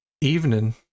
Evening